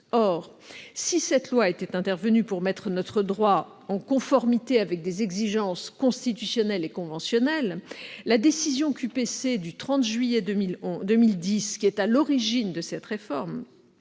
2011. Cette loi a été adoptée pour mettre notre droit en conformité avec des exigences constitutionnelles et conventionnelles. Dans la décision QPC du 30 juillet 2010 à l'origine de cette réforme,